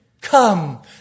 come